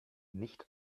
nicht